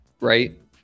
right